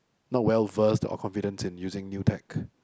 not well versed or confident in using new tech